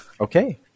Okay